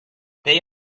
they